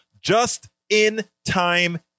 just-in-time